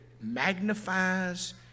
magnifies